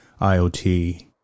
IoT